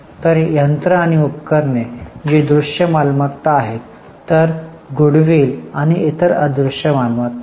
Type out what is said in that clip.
तर यंत्र आणि उपकरणे जी दृश्य मालमत्ता आहेत तर सदिच्छा आणि इतर अदृश्य मालमत्ता आहेत